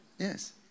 Yes